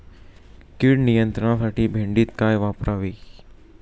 कीड नियंत्रणासाठी भेंडीत काय वापरावे?